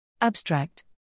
Abstract